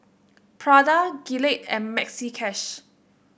Prada Gillette and Maxi Cash